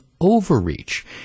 overreach